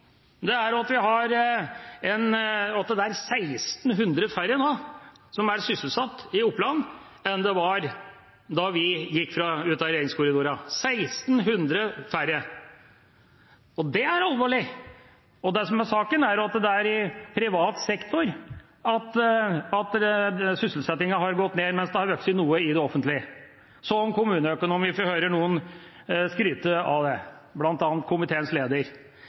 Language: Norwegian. vi også. Men vi blir oversett fordi det er så lav arbeidsledighet. Det som Sanner unnlater å si, er at det er 1 600 færre som er sysselsatt i Oppland nå enn det var da vi gikk ut av regjeringskontorene – 1 600 færre. Det er alvorlig. Det som er saken, er at det er i privat sektor sysselsettingen har gått ned, mens den har vokst noe i offentlig sektor. Så om kommuneøkonomi, for jeg hører noen skryte av den, bl.a. komiteens leder.